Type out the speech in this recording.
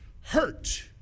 Hurt